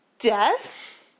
Death